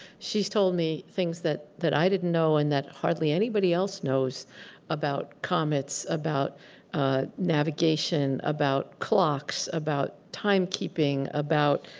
she's told me things that that i didn't know and that hardly anybody else knows about comets, about navigation, about clocks, about timekeeping, about